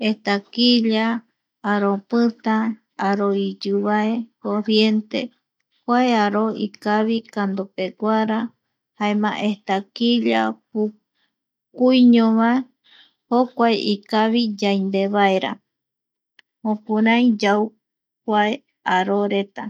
Estaquilla aro pita, aro iyuvae, corriente kuae aro ikavi kando peguara, jaema estaquilla pukui, ñova, jokua ikavi yaimbe vaerta, jukurai yau kua aróreta